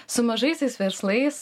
su mažaisiais verslais